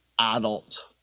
adult